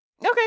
Okay